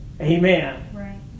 Amen